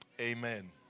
Amen